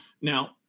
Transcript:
now